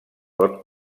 pot